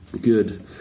Good